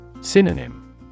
Synonym